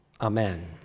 Amen